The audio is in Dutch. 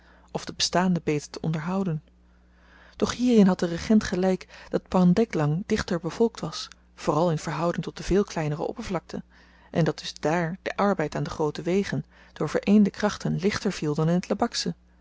of de bestaande beter te onderhouden doch hierin had de regent gelyk dat pandeglang dichter bevolkt was vooral in verhouding tot de veel kleinere oppervlakte en dat dus dààr de arbeid aan de groote wegen door vereende krachten ligter viel dan